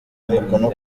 umukono